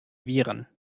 viren